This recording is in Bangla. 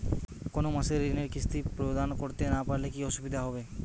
কোনো মাসে ঋণের কিস্তি প্রদান করতে না পারলে কি অসুবিধা হবে?